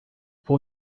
vou